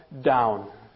down